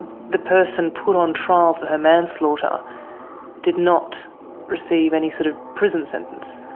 the person put on trial for her manslaughter did not receive any sort of prison sentence.